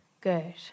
Good